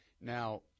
Now